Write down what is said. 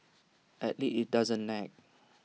at least IT doesn't nag